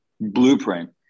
blueprint